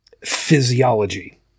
physiology